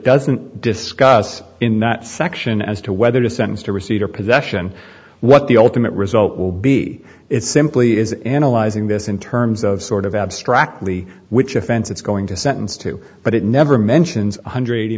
doesn't discuss in that section as to whether to sentence to receipt or possession what the ultimate result will be it simply is analyzing this in terms of sort of abstractly which offense it's going to sentence to but it never mentions one hundred eighty